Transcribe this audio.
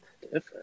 Different